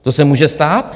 To se může stát.